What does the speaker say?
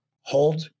hold